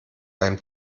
beim